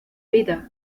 vida